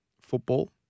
football